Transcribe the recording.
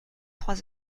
trois